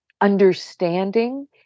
understanding